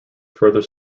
further